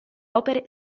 opere